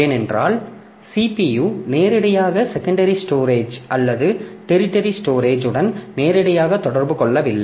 ஏனென்றால் CPU நேரடியாக secondary storage அல்லது டெரிடரி ஸ்டோரேஜ் உடன் நேரடியாக தொடர்பு கொள்ளவில்லை